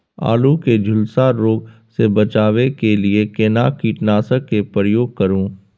आलू के झुलसा रोग से बचाबै के लिए केना कीटनासक के प्रयोग करू